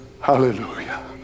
Hallelujah